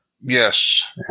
Yes